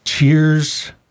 Cheers